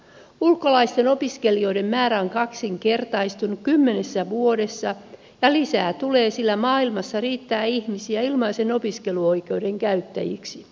ulkolaisten opiskelijoiden määrä on kaksinkertaistunut kymmenessä vuodessa ja lisää tulee sillä maailmassa riittää ihmisiä ilmaisen opiskeluoikeuden käyttäjiksi